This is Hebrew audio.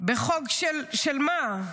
בחוק של מה?